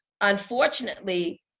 unfortunately